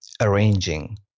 arranging